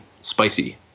spicy